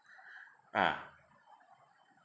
ah